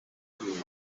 bucuruzi